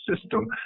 system